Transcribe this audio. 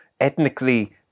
ethnically